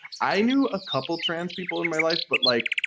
i knew a couple trans people in my life, but like,